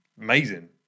amazing